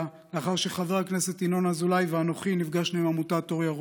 לאחר שחבר הכנסת ינון אזולאי ואנוכי נפגשנו עם עמותת אור ירוק.